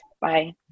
Bye